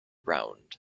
round